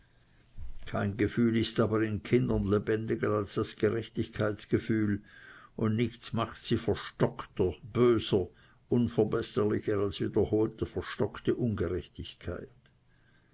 kein gefühl ist aber in kindern lebendiger als das gerechtigkeitsgefühl und nichts macht sie verstockter böser unverbesserlicher als wiederholte verstockte ungerechtigkeit